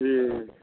जी